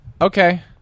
Okay